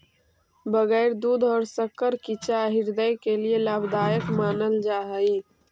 बगैर दूध और शक्कर की चाय हृदय के लिए लाभदायक मानल जा हई